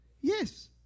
Yes